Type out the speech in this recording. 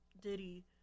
Diddy